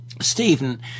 Stephen